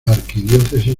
arquidiócesis